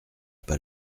pas